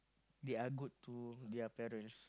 they are good to their parents